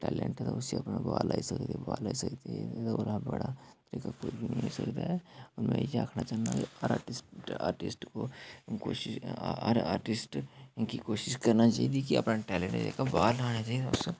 talent उसी बाह्र लाई सकदे बाह्र लाई सकदे होर बड़ा होई सकदा ऐ में इ'यै आक्खना चाहन्ना कि आर्टिस्ट आर्टिस्ट को कुछ हर आर्टिंस्ट गी अपनी कोशश करनी चाहिदी होर अपना टैलेंट जेह्का बाह्र लाना चाहिदा